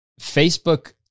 Facebook